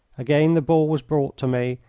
again the ball was brought to me,